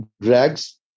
drags